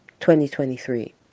2023